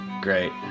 great